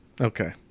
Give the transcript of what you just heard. Okay